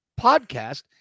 podcast